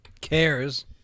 Cares